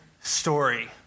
story